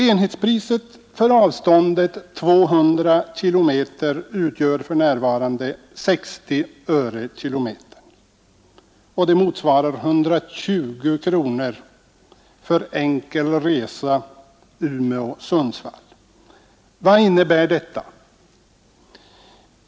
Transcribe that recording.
Enhetspriset för avståndet 200 km utgör för närvarande 60 öre/km, och det motsvarar 120 kronor för enkel resa Umeå—Sundsvall. Vad innebär detta?